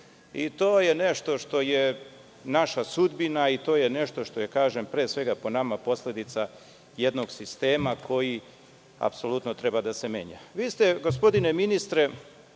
To je nešto što je naša sudbina i to je nešto što je posledica jednog sistema koji apsolutno treba da se menja. Vi ste, gospodine ministre,